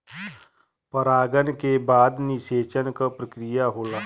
परागन के बाद निषेचन क प्रक्रिया होला